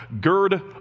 gird